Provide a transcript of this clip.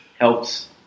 helps